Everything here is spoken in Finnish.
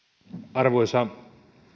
arvoisa